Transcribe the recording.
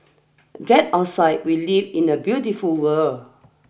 get outside we live in a beautiful world